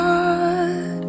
God